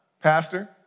Pastor